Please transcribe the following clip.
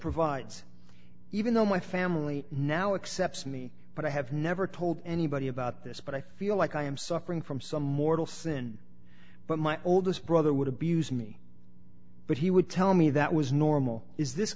provides even though my family now accepts me but i have never told anybody about this but i feel like i am suffering from some mortal sin but my oldest brother would abuse me but he would tell me that was normal is this